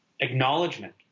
acknowledgement